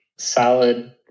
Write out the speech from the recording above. Solid